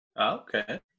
Okay